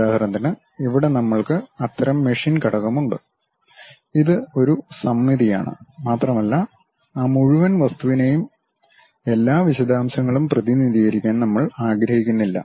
ഉദാഹരണത്തിന് ഇവിടെ നമ്മൾക്ക് അത്തരം മെഷീൻ ഘടകമുണ്ട് ഇത് ഒരു സമമിതിയാണ് മാത്രമല്ല ആ മുഴുവൻ വസ്തുവിന്റെയും എല്ലാ വിശദാംശങ്ങളും പ്രതിനിധീകരിക്കാൻ നമ്മൾ ആഗ്രഹിക്കുന്നില്ല